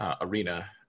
arena